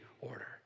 order